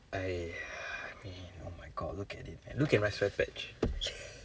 !aiya! oh my god look at it look at my sweat patch